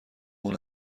اون